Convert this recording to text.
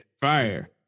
Fire